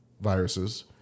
viruses